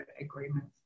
agreements